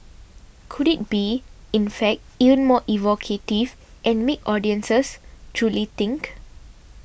could it be in fact even more evocative and make audiences truly think